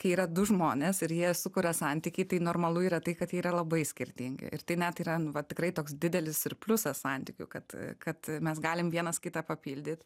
kai yra du žmonės ir jie sukuria santykį tai normalu yra tai kad jie yra labai skirtingi ir tai net yra nu va tikrai toks didelis ir pliusas santykių kad kad mes galim vienas kitą papildyt